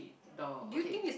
the okay